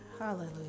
Hallelujah